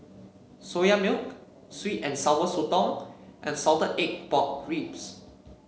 Soya Milk sweet and Sour Sotong and Salted Egg Pork Ribs